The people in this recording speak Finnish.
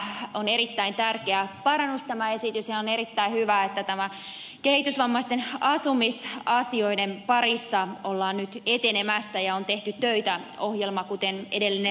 ensinnäkin tämä esitys on erittäin tärkeä parannus ja on erittäin hyvä että kehitysvammaisten asumisasioiden parissa ollaan nyt etenemässä ja on tehty töitä ohjelma kuten edellinen puhuja ed